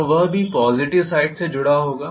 तो वह भी पॉज़िटिव साइड से जुड़ा होगा